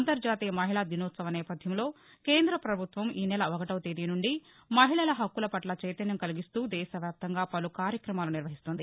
అంతర్హతీయ మహిళా దినోత్సవ నేపధ్యంలో కేంద్రపభుత్వం ఈనెల ఒకటవ తేదీ నుండి మహిళల హక్కుల పట్ల చైతన్యం కలిగిస్తూ దేశవ్యాప్తంగా పలు కార్యక్రమాలు నిర్వహిస్తోంది